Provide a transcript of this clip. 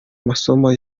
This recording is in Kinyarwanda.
amasomo